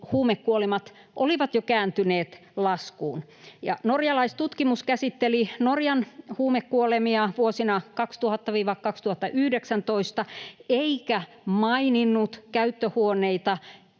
huumekuolemat olivat jo kääntyneet laskuun. Norjalaistutkimus käsitteli Norjan huumekuolemia vuosina 2000—2019 eikä maininnut käyttöhuoneita